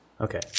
Okay